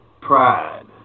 pride